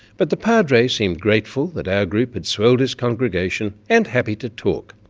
but the padre seemed grateful that our group had swelled his congregation and happy to talk,